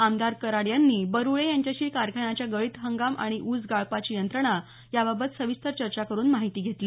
आमदार कराड यांनी बरुळे यांच्याशी कारखान्याच्या गळीत हंगाम आणि ऊस गाळपाची यंत्रणा बाबत सविस्तर चर्चा करून माहिती घेतली